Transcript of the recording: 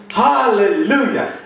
Hallelujah